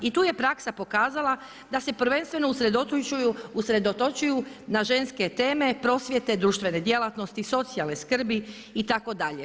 I tu je praksa pokazala da se prvenstveno usredotočuju na ženske teme, prosvjete, društvene djelatnosti, socijalne skrbi itd.